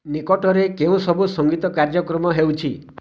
ନିକଟରେ କେଉଁ ସବୁ ସଙ୍ଗୀତ କାର୍ଯ୍ୟକ୍ରମ ହେଉଛି